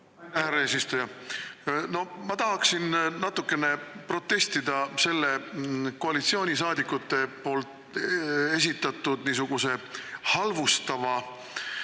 Ma tahaksin natukene protestida selle koalitsioonisaadikute esitatud niisuguse halvustava